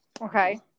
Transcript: okay